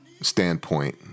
standpoint